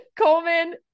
Coleman